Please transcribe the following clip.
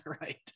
Right